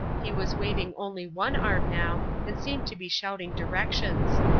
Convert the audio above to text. he was waving only one arm now and seemed to be shouting directions.